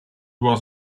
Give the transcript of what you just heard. was